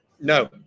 no